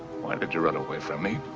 why did you run away from me?